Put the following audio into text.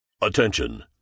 Attention